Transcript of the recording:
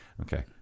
Okay